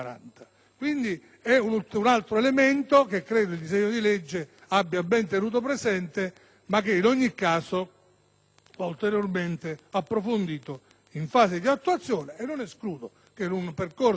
di un altro elemento che credo il disegno di legge abbia ben tenuto presente e che, in ogni caso, va ulteriormente approfondito in fase di attuazione. Non escludo che in un percorso